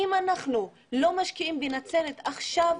אם אנחנו לא משקיעים בנצרת עכשיו,